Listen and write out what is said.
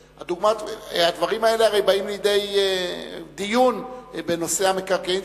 הדברים האלה באים לידי דיון בנושא המקרקעין,